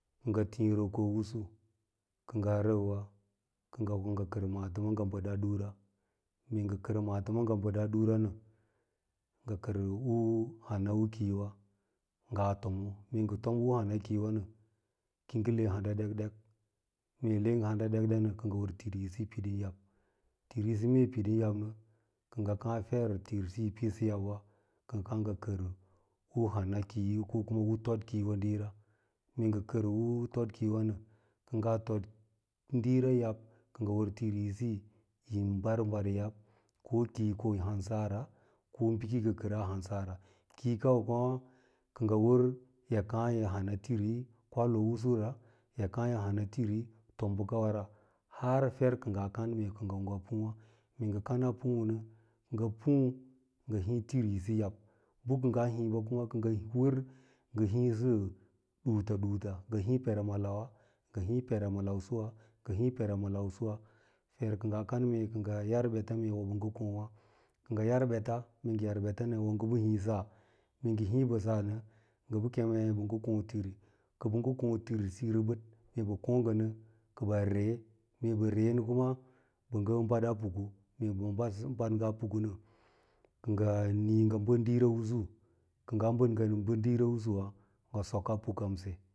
Kɚ ngɚ tii rɚko usu, kɚ ngaa rɚk’wa, ko ngɚ kɚr maatɚma ngɚ baɗa ɗiwa, mee ngɚ kɚr maatɚma nɚ baɗa ɗiwa mee ngɚ kɚr maata kɚr u hana kuyowa ngaa tomo, mee ngɚ tom u hana kiiyowa nɚ ki yi ngɚ e hauɗa ɗek ɗek nɚ kɚ ngɚ wɚr tirlisi yi piɗin yaɓ, mee tir lisi yi pidin yaɓ nɚ, kɚ ngɚ kàà fer atirsiyo yi pirsɚ yab’wa kɚ ngɚ kàà ngɚ kɚr u hana kiiyo ko kuma u tod kiiyowa diira mee ngɚ kɚr u tod kiiyowa nɚ diira yaɓ, kɚ hoo tirlisi yin mbar-mbar yab ko kiiko hansara, ko bb kakɚra yi hamsara, kii kawa kuma kɚ ngɚ wɚ yi kàà yà hana tiri kwaloo’ usura, yi kàà yi hana tiri tom bɚkawara har far kɚr ngaa kan mee ko ngɚ pûû wà, mee ngɚ kanaa pûûwa mee ngɚ pûû nɚ, ngɚ pûû ngɚ hii tirlisi yab, bɚ kɚ ngaa hiibawa, ngɚ wɚr ngɚ hiisɚ ɗuuts ɗuuts ngɚ hii peera ma lawa, ngɚ hii peera ma lausuwa ngɚ hii peera ma lausuwa feru kɚ ngaa kan mee kɚ ya mee ko ɓɚ ko’ wà, kɚ ngɚ yar beta, mee ngɚ yar ɓɚtan ngɚ ɓɚ hii sɚnɚ, ngɚ bɚ keme ɓɚ, ngɚ kǒ tiri, mee ɓɚ keme ɓɚ, ngɚ kǒ ngɚ tiriyiu rɚbɚd, mee ɓɚ kǒ ngɚ nɚ kɚ ba ree, mee ɓɚ nen kuma ɓɚ ngɚ bad a a puku, mee ɓ ɓad ngaa pukunɚ kɚ ngɚ nii ngɚ ɓɚd diimal usu, ka ngaa baɗ nga ɓɚd diira lusuwa ngɚsoka pukamse